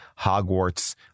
Hogwarts